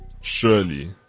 Surely